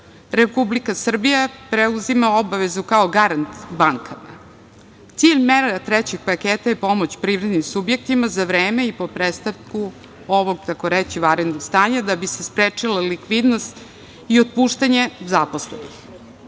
Republika Srbija preuzima obavezu kao garant bankama. Cilj mera trećeg paketa je pomoć privrednim subjektima za vreme i po prestanku ovog takoreći vanrednog stanja, da bi se sprečila likvidnost i otpuštanje zaposlenih. Vraćanje